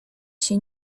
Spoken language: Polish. się